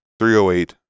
308